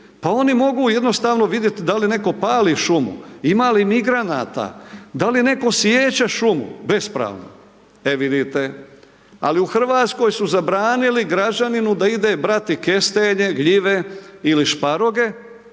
Pa oni mogu jednostavno vidjet da li netko pali šumu, ima li migranata, da li netko siječe šumu bespravno. E vidite, ali u RH su zabranili građaninu da ide brati kestenje, gljive ili šparoge,